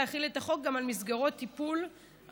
להחיל את החוק גם על מסגרות טיפול המופעלות